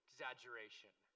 exaggeration